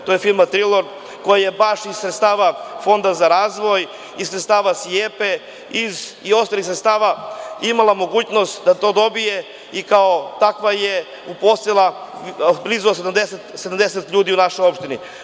To je firma „Trilord“, koja je baš iz sredstava Fonda za razvoj, iz sredstava SIEPA i ostalih sredstava imala mogućnost da to dobije i kao takva je uposlila blizu 70 ljudi u našoj opštini.